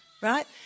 Right